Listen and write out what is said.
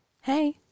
Hey